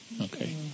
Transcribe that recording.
Okay